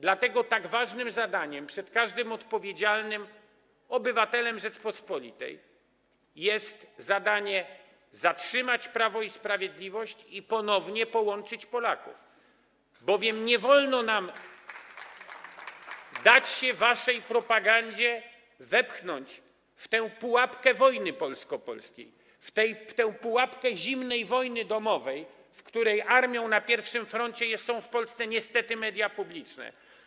Dlatego tak ważnym zadaniem, które stoi przed każdym odpowiedzialnym obywatelem Rzeczypospolitej, jest zatrzymanie Prawa i Sprawiedliwości i ponowne połączenie Polaków, bowiem nie wolno nam dać się waszej propagandzie wepchnąć w tę pułapkę wojny polsko-polskiej, w tę pułapkę zimnej wojny domowej, w której armią na pierwszym froncie są w Polsce niestety media publiczne.